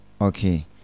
okay